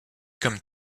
comme